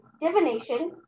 divination